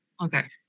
Okay